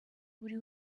buri